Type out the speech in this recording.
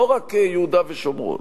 לא רק יהודה ושומרון,